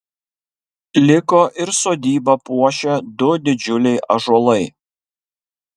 liko ir sodybą puošę du didžiuliai ąžuolai